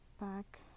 back